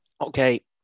okay